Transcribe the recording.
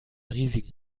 riesigen